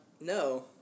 No